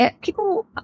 people